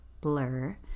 blur